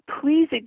please